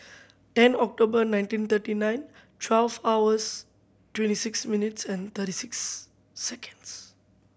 ten October nineteen thirty nine twelve hours twenty six minutes and thirty six seconds